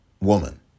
woman